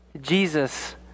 Jesus